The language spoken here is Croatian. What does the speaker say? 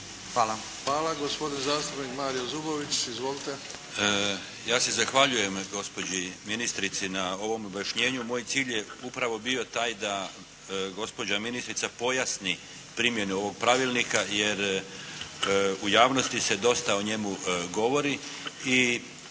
(HDZ)** Hvala. Gospodin zastupnik Mario Zubović. Izvolite. **Zubović, Mario (HDZ)** Ja se zahvaljujem gospođi ministrici na ovom objašnjenju. Moj cilj je upravo bio taj da gospođa ministrica pojasni primjenu ovog pravilnika jer u javnosti se dosta o njemu govori